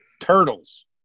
Turtles